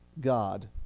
God